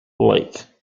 lake